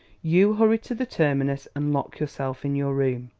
you hurry to the terminus and lock yourself in your room.